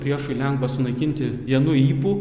priešui lengva sunaikinti vienu ypu